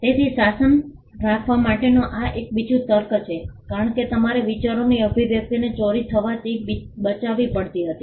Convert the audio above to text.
તેથી શાસન રાખવા માટેનું આ એક બીજું તર્ક છે કારણ કે તમારે વિચારોની અભિવ્યક્તિને ચોરી થવાથી બચાવવી પડી હતી